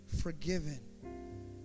forgiven